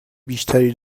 بیشتری